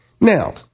Now